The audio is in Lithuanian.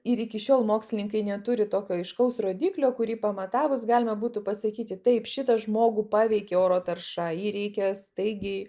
ir iki šiol mokslininkai neturi tokio aiškaus rodiklio kurį pamatavus galima būtų pasakyti taip šitą žmogų paveikė oro tarša jį reikia staigiai